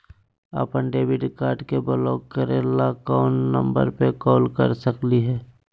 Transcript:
अपन debit card के block करे ला कौन नंबर पे कॉल कर सकली हई?